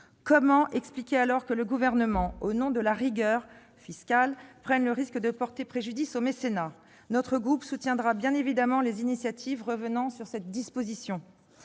Comment expliquer alors que le Gouvernement, au nom de la rigueur fiscale, prenne le risque de porter préjudice au mécénat ? Mon groupe soutiendra bien évidemment les initiatives revenant sur cette disposition.